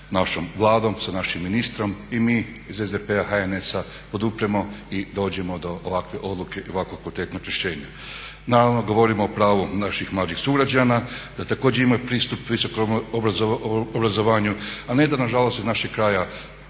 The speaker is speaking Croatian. našom Vladom, sa našim ministrom i mi iz SDP-a, HNS-a podupremo i dođemo do ovakve odluke i ovako kvalitetnog rješenja. Naravno govorim o pravu naših mlađih sugrađana da također imaju pristup visokom obrazovanju a ne da nažalost iz našeg kraja,